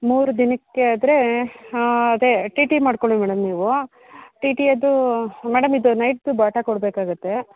ಮೂರು ದಿನಕ್ಕೆ ಆದರೆ ಅದೆ ಟಿ ಟಿ ಮಾಡ್ಕೊಳ್ಳಿ ಮೇಡಮ್ ನೀವು ಟಿ ಟಿ ಅದು ಮೇಡಮ್ ಇದು ನೈಟು ಭತ್ತ ಕೊಡಬೇಕಾಗುತ್ತೆ